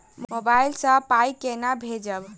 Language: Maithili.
मोबाइल सँ पाई केना भेजब?